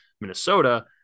Minnesota